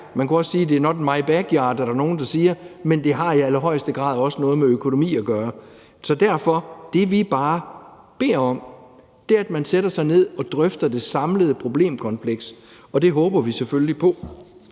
man kunne også sige not in my backyard, som nogle gør – i allerhøjeste grad også har noget med økonomi at gøre. Så derfor er det, vi bare beder om, at man sætter sig ned og drøfter det samlede problemkompleks, og det håber vi selvfølgelig på.